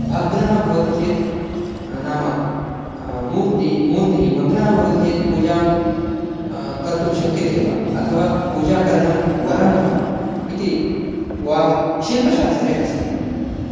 भग्नः भवति चेत् नाम मूर्तिः मूर्तिः भग्नः भवति चेत् पूजां कर्तुं शक्यते वा अथवा पूजाकरणं वरं वा इति वा शिल्पशास्त्रे अस्ति